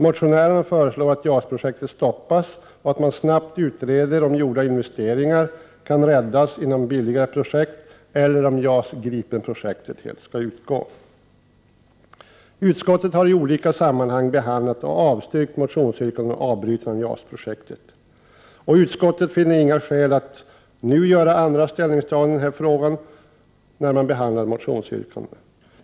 Motionärerna föreslår att JAS-projektet stoppas och att man snabbt utreder om gjorda investeringar kan räddas inom billigare projekt eller om JAS Gripen helt skall utgå. Utskottet har i olika sammanhang behandlat och avstyrkt motionsyrkanden om avbrytande av JAS-projektet. Utskottet finner inte skäl till annat ställningstagande i fråga om nu behandlade motionsyrkanden.